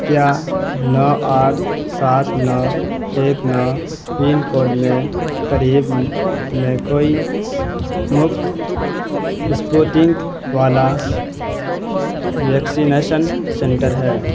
کیا نو آٹھ سات نو ایک نو پن کوڈ میں قریب میں کوئی مفت اسپوتنک والا ویکسینیشن سنٹر ہے